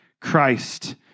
Christ